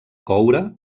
coure